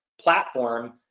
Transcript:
platform